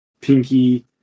pinky